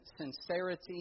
sincerity